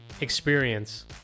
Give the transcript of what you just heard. experience